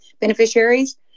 beneficiaries